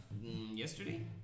yesterday